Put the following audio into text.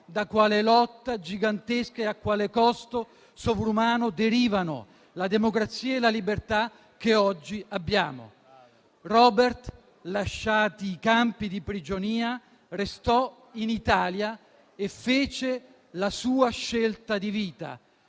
da quale lotta gigantesca - e a quale costo sovrumano - derivano la democrazia e la libertà che oggi abbiamo. Robert, lasciati i campi di prigionia, restò in Italia e fece la sua scelta di vita: